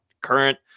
current